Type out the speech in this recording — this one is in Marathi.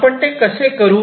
आपण ते कसे करू